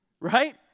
right